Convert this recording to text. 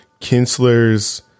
Kinsler's